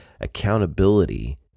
accountability